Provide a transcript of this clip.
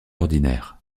ordinaire